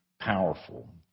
powerful